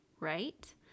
right